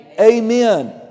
amen